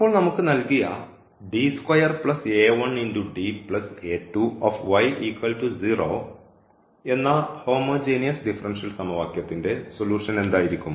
അപ്പോൾ നമുക്ക് നൽകിയ എന്ന ഹോമോജീനിയസ് ഡിഫറൻഷ്യൽ സമവാക്യത്തിന്റെ സൊല്യൂഷൻ എന്തായിരിക്കും